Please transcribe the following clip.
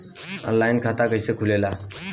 Online खाता कइसे खुलेला?